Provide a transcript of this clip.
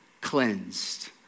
cleansed